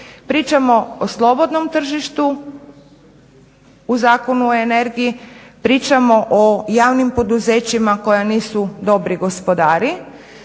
Pričamo o slobodnom tržištu u Zakonu o energiji, pričamo o javnim poduzećima koji nisu dobri gospodari.